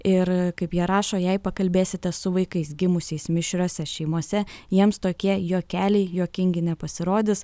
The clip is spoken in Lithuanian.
ir kaip jie rašo jei pakalbėsite su vaikais gimusiais mišriose šeimose jiems tokie juokeliai juokingi nepasirodys